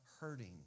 hurting